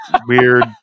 weird